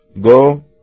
Go